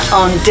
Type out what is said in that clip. on